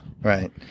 Right